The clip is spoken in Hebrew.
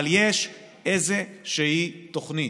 אבל יש איזושהי תוכנית.